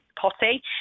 potty